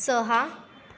सहा